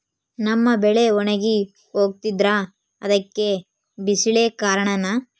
ನಮ್ಮ ಬೆಳೆ ಒಣಗಿ ಹೋಗ್ತಿದ್ರ ಅದ್ಕೆ ಬಿಸಿಲೆ ಕಾರಣನ?